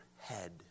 head